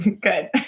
Good